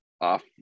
off